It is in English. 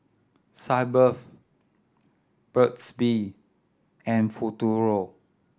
Sitz Bath Burt's Bee and Futuro